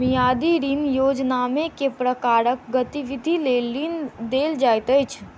मियादी ऋण योजनामे केँ प्रकारक गतिविधि लेल ऋण देल जाइत अछि